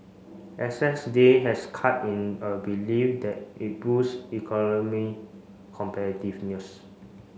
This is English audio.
excess day has cut in a belief that it boost economy competitiveness